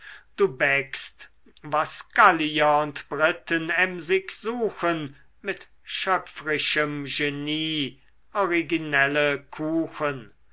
du bäckst was gallier und briten emsig suchen mit schöpfrischem genie originelle kuchen